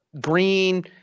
green